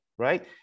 Right